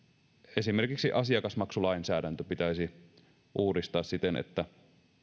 esimerkiksi asiakasmaksulainsäädäntö pitäisi uudistaa siten että